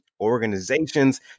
organizations